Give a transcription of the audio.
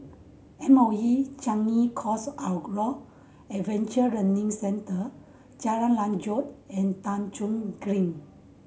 M O E Changi Coast Outdoor Adventure Learning Centre Jalan Lanjut and Thong Soon Green